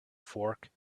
fork